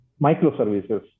microservices